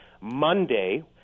Monday